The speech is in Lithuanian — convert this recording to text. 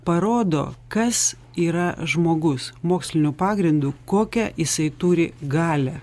parodo kas yra žmogus moksliniu pagrindu kokią jisai turi galią